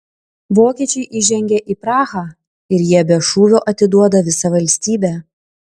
vokiečiai įžengia į prahą ir jie be šūvio atiduoda visą valstybę